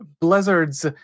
blizzards